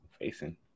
facing